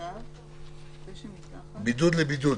בידוד לבידוד,